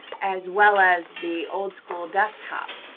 as well as the old-school desktop.